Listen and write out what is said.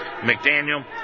McDaniel